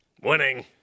Winning